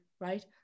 right